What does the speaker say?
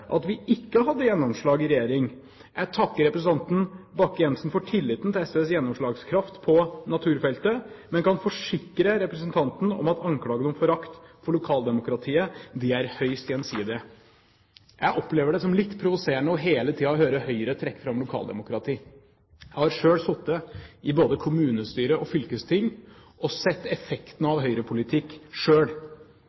at vi ikke hadde gjennomslag i regjering. Jeg takker representanten Bakke Jensen for tilliten til SVs gjennomslagskraft på naturfeltet, men kan forsikre representanten om at anklagene om forakt for lokaldemokratiet er høyst gjensidige. Jeg opplever det som litt provoserende hele tiden å høre Høyre trekke fram lokaldemokratiet. Jeg har selv sittet både i kommunestyre og i fylkesting og sett effekten